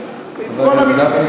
בבקשה.